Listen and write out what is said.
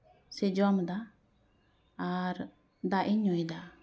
ᱥᱮ ᱡᱚᱢᱫᱟ ᱟᱨ ᱫᱟᱜ ᱤᱧ ᱧᱩᱭᱫᱟ